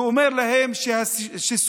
ואומר להם שהשיסוי,